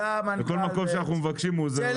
בכל מקום שאנחנו מבקשים הוא עוזר לנו.